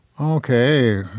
Okay